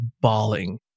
bawling